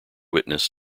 witness